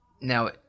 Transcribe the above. Now